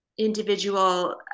individual